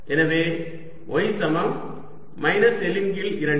எனவே y சமம் minus L இன் கீழ் 2